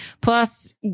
plus